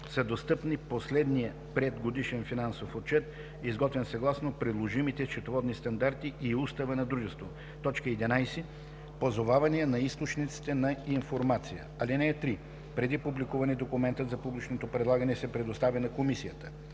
са достъпни последният приет годишен финансов отчет, изготвен съгласно приложимите счетоводни стандарти, и уставът на дружеството; 11. позовавания на източниците на информация. (3) Преди публикуване документът за публично предлагане се предоставя на комисията.